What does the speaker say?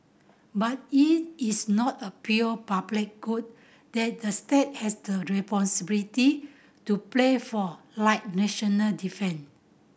but it is not a pure public good that the state has the responsibility to play for like national defence